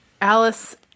Alice